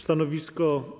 Stanowisko.